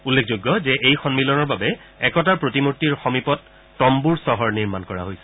উল্লেখযোগ্য যে এই সন্মিলনৰ বাবে একতাৰ প্ৰতিমূৰ্তিৰ সমীপত তম্বুৰ চহৰ নিৰ্মাণ কৰা হৈছে